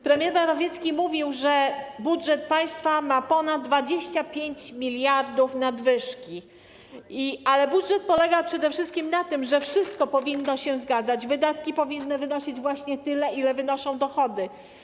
Premier Morawiecki mówił, że budżet państwa ma ponad 25 mld zł nadwyżki, ale budżet polega przede wszystkim na tym, że wszystko się zgadza, że wydatki wynoszą właśnie tyle, ile wynoszą dochody.